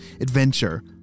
adventure